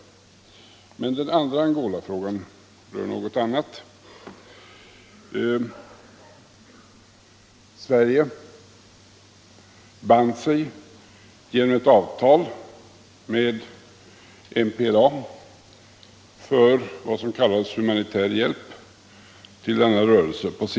Vad den Angolafråga som jag vill ta upp gäller är följande. Sverige band sig på sin tid genom ett avtal med MPLA för vad som kallades humanitär hjälp till denna rörelse.